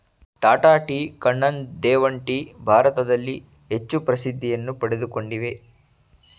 Tata tea, Kannan Devan tea ಭಾರತದಲ್ಲಿ ಹೆಚ್ಚು ಪ್ರಸಿದ್ಧಿಯನ್ನು ಪಡಕೊಂಡಿವೆ